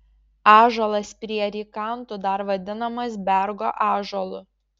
ąžuolas prie rykantų dar vadinamas bergo ąžuolu